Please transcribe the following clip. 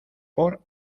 por